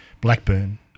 Blackburn